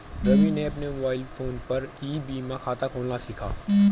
रवि ने अपने mobile phone पर ई बीमा खाता खोलना सीखा